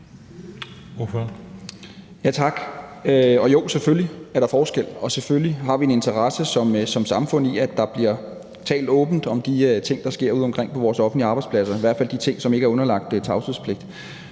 Tak. Jo, selvfølgelig er der forskel, og selvfølgelig har vi en interesse som samfund i, at der bliver talt åbent om de ting, der sker udeomkring på vores offentlige arbejdspladser, i hvert fald de ting, som ikke er underlagt tavshedspligt.